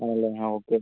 ആണല്ലേ ആ ഓക്കെ